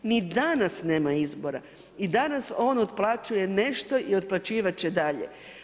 Ni danas nema izbora i danas on otplaćuje nešto i otplaćivati će dalje.